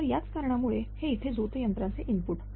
तर त्या कारणामुळेच हे इथे झोत यंत्राचे इनपुट